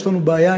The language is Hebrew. יש לנו בעיה,